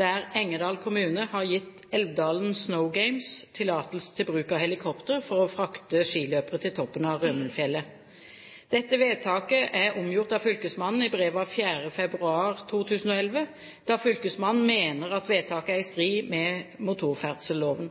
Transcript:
der Engerdal kommune har gitt Elvdal’n Snow Games tillatelse til bruk av helikopter for å frakte skiløpere til toppen av Rømundfjellet. Dette vedtaket er omgjort av fylkesmannen i brev av 4. februar 2011, da fylkesmannen mener at vedtaket er i strid med